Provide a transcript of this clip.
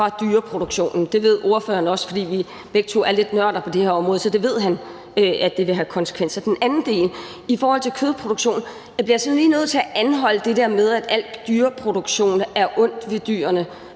for dyreproduktionen – det ved spørgeren også. Vi er begge to lidt nørder på det her område, så han ved, at det vil have konsekvenser. For det andet vil jeg sige i forhold til kødproduktionen, at jeg altså lige bliver nødt til at anholde det der med, at al dyreproduktion er ond mod dyrene.